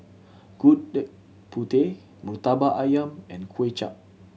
Gudeg Putih Murtabak Ayam and Kuay Chap